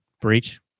breach